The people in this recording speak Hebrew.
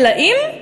אלא אם כן